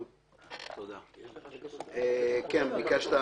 אני ובעל המפעל זו פגישה אישית.